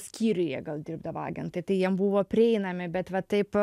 skyriuje gal dirbdavo agentai tai jiem buvo prieinami bet va taip